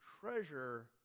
treasure